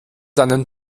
deinen